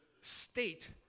state